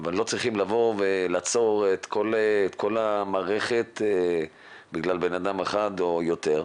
אבל לא צריכים לבוא ולעצור את כל המערכת בגלל אדם אחד או יותר,